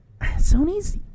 Sony's